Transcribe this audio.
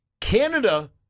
Canada